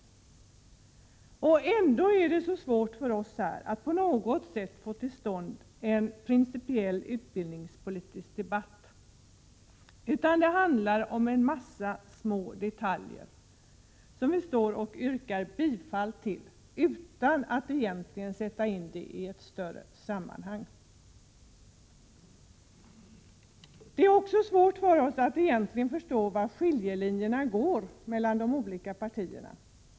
Ändå är det så svårt för oss att på något sätt få till stånd en principiell utbildningspolitisk debatt. Det handlar om en mängd små detaljer, som vi står och yrkar bifall till, utan att det hela egentligen sätts in i ett större sammanhang. Det är också svårt för oss att förstå var skiljelinjerna går mellan de olika partierna.